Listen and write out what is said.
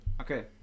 Okay